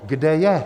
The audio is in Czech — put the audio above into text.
Kde je?